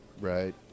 right